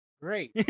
Great